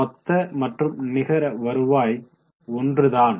மொத்த மற்றும் நிகர வருவாய் ஒன்றுதான்